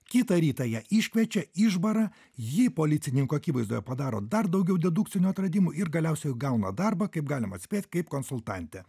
kitą rytą ją iškviečia išbara ji policininkų akivaizdoje padaro dar daugiau dedukcinių atradimų ir galiausiai jau gauna darbą kaip galima atspėt kaip konsultantė